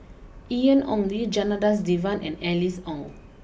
Ian Ong Li Janadas Devan and Alice Ong